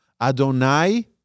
Adonai